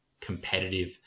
competitive